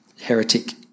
heretic